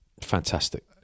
Fantastic